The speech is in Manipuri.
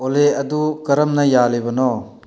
ꯑꯣꯂꯦ ꯑꯗꯨ ꯀꯔꯝꯅ ꯌꯥꯜꯂꯤꯕꯅꯣ